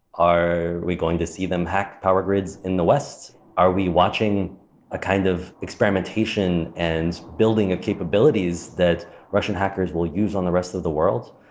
are we going to see them hack power grids in the west? are we watching a kind of experimentation and building of capabilities that russian hackers will use on the rest of the world?